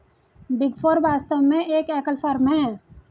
big four वास्तव में एक एकल फर्म है